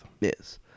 Yes